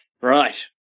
Right